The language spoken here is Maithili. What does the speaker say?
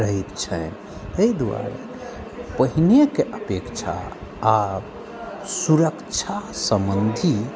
रहैत छनि एहि दुआरे पहिनेके अपेक्षा आब सुरक्षा सम्बन्धी